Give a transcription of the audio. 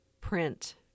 print